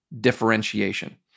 differentiation